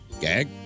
gag